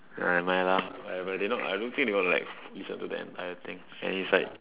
eh never mind lah whatever they not I don't think they're gonna like listen to the entire thing and it's like